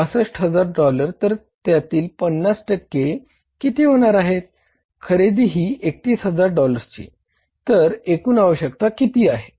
62000 dollars तर त्यातील 50 टक्के किती होणार आहे खरेदी ही 31000 डॉलर्सची तर एकूण आवश्यकता किती आहे